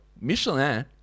Michelin